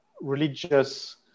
religious